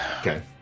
Okay